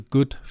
Good